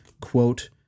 quote